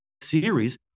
series